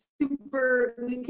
super